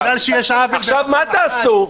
עכשיו מה תעשו?